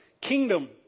kingdom